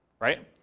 right